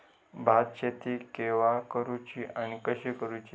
भात शेती केवा करूची आणि कशी करुची?